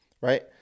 right